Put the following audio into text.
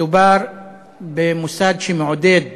מדובר במוסד שמעודד